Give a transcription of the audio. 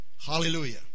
hallelujah